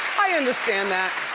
i understand that.